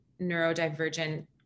neurodivergent